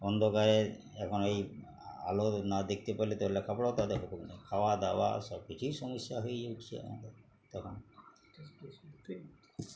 অন্ধকারে এখন ওই আলো না দেখতে পেলে তাহলে কাপড়ও তাদের হুক নেয় খাওয়া দাওয়া সব কিছুই সমস্যা হয়েচ্ছে আমাদের তখন